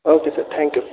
okay sir thank you